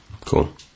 Cool